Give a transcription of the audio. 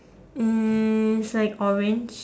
um it's like orange